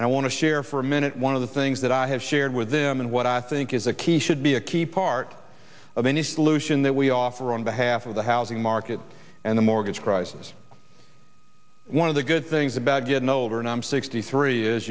and i want to share for a minute one of the things that i have shared with them and what i think is a key should be a key part of any solution that we offer on behalf of the housing market and the mortgage crisis one of the good things about getting older and i'm sixty three is